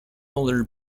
older